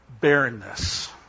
barrenness